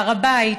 הר הבית,